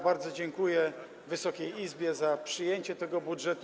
Bardzo dziękuję Wysokiej Izbie za przyjęcie tego budżetu.